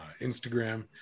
Instagram